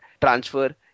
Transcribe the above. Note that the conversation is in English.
transfer